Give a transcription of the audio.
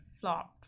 flop